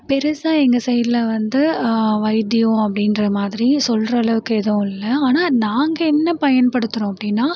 பெருசாக எங்கள் சைட்ல வந்து வைத்தியம் அப்படின்ற மாதிரி சொல்கிற அளவுக்கு எதுவும் இல்லை ஆனால் நாங்கள் என்ன பயன்படுத்துகிறோம் அப்படின்னா